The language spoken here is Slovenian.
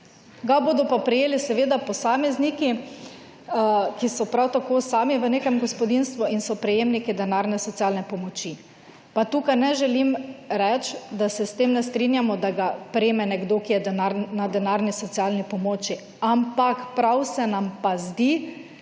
Ga bodo pa prejeli posamezniki, ki so prav tako sami v nekem gospodinjstvu in so prejemniki denarne socialne pomoči. Pa tukaj ne želim reči, da se s tem ne strinjamo, da ga prejme nekdo, ki je na denarni socialni pomoči, ampak prav se nam pa zdi,